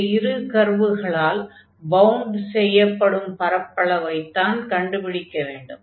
இந்த இரு கர்வுகளால் பவுண்ட் செய்யப்படும் பரப்பளவைத்தான் கணக்கிட வேண்டும்